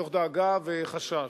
מתוך דאגה וחשש.